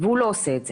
והוא לא עושה את זה.